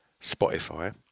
Spotify